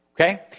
okay